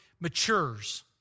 matures